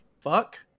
Fuck